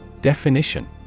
Definition